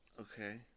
Okay